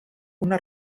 una